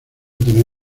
tener